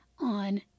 on